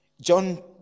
John